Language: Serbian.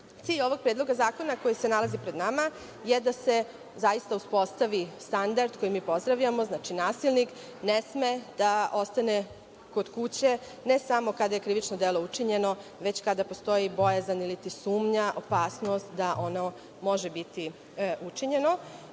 ovog predloga zakona koji se nalazi pred nama je da se zaista uspostavi standard koji mi pozdravljamo, znači nasilnik ne sme da ostane kod kuće ne samo kada je krivično delo učinjeno, već kada postoji bojazan ili ti sumnja, opasnost da ono može biti učinjeno.